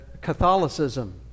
Catholicism